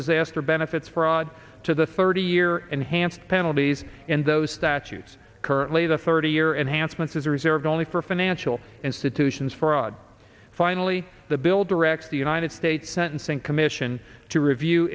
disaster benefits for odd to the thirty year enhanced penalties and those that use currently the thirty year enhancements is reserved only for financial institutions fraud finally the bill directs the united states sentencing commission to review